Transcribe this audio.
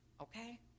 Okay